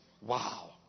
Wow